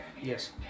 Yes